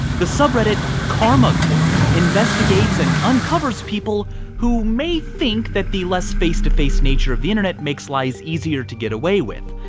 the subreddit karmacourt investigates and uncovers people who may think that the less face-to-face nature of the internet makes lies easier to get away with.